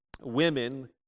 women